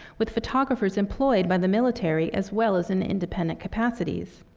with photographers employed by the military as well as in independent capacities.